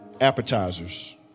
appetizers